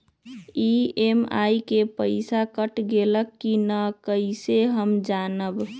EMI के पईसा कट गेलक कि ना कइसे हम जानब?